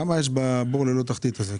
כמה יש בבור ללא תחתית הזה?